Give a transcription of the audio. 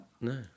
No